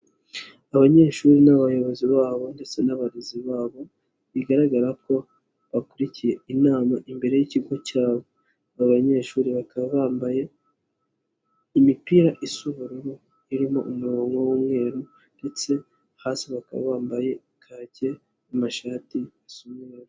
Abanyeshuri n'abayobozi babo ndetse n'abarezi babo, bigaragara ko bakurikiye inama imbere y'ikigo cyabo. Aba banyeshuri bakaba bambaye imipira isa ubururu, irimo umurongo w'umweru ndetse hasi bakaba bambaye kake n'amashati asa umweru.